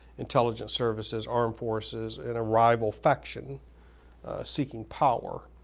intelligence services, armed forces, and a rival faction seeking power.